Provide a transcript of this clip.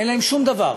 אין להם שום דבר,